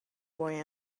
boy